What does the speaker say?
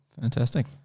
fantastic